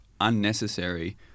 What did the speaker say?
unnecessary